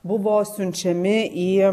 buvo siunčiami į